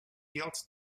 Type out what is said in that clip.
gilt